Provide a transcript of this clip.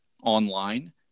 online